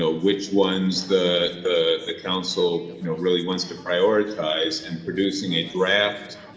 ah which ones the ah the council you know really wants to prioritize in producing a draft.